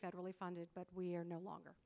federally funded but we are no longer